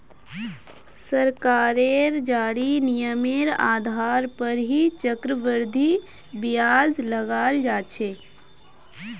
सरकारेर जारी नियमेर आधार पर ही चक्रवृद्धि ब्याज लगाल जा छे